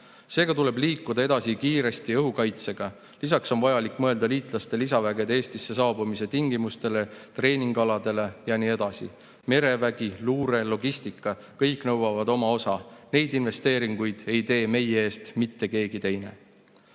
Seega tuleb kiiresti edasi liikuda õhukaitsega. Lisaks on vaja mõelda liitlaste lisa[üksuste] Eestisse saabumise tingimustele, treeningualadele ja nii edasi. Merevägi, luure, logistika – kõik nõuavad oma osa. Neid investeeringuid ei tee meie eest mitte keegi teine.